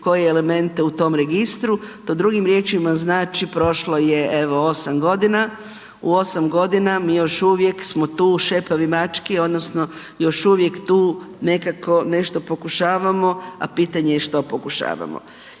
koje elemente u tom registru, to drugim riječima znači prošlo je evo osam godina, u osam godina mi još uvijek smo tu šepavi mački odnosno još uvijek tu nekako nešto pokušavamo, a pitanje je što pokušavamo.